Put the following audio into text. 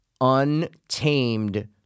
untamed